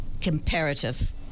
comparative